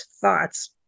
thoughts